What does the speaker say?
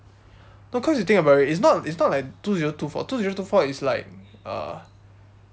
no cause you think about it's not it's not like two zero two four two zero two four is like uh